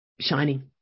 shining